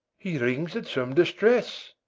he wrings at some distress.